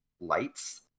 Lights